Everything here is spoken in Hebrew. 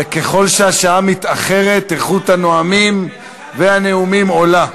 וככל שהשעה מתאחרת, איכות הנואמים והנאומים עולה.